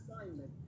assignment